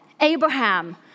Abraham